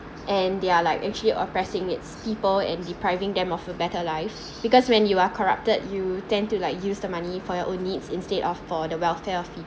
and they are like actually oppressing its people and depriving them of a better life because when you are corrupted you tend to like use the money for your own needs instead of for the welfare of